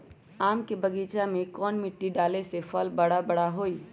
आम के बगीचा में कौन मिट्टी डाले से फल बारा बारा होई?